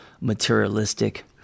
materialistic